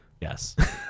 Yes